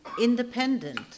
independent